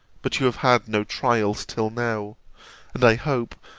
but you have had no trials till now and i hope,